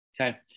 Okay